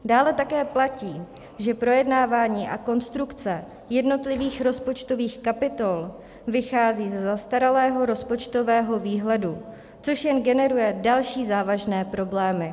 Dále také platí, že projednávání a konstrukce jednotlivých rozpočtových kapitol vychází ze zastaralého rozpočtového výhledu, což jen generuje další závažné problémy.